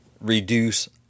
reduce